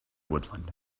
woodland